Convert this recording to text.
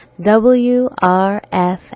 WRF